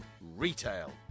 Retail